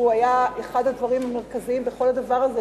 שהיה אחד הדברים המרכזיים בכל הדבר הזה,